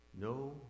No